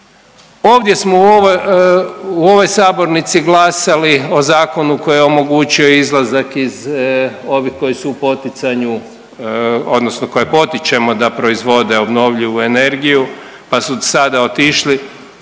Ovdje smo u ovoj sabornici glasali o zakonu koji je omogućio izlazak iz ovih koji su u poticanju odnosno koje potičemo da proizvode obnovljivu energiju, pa su sada otišli,